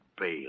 bail